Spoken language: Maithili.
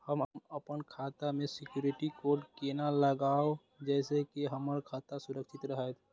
हम अपन खाता में सिक्युरिटी कोड केना लगाव जैसे के हमर खाता सुरक्षित रहैत?